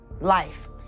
Life